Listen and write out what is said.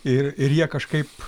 ir ir jie kažkaip